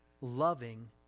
loving